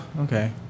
Okay